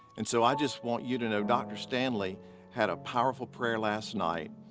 and so i just want you to know dr. stanley had a powerful prayer last night,